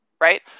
right